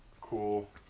Cool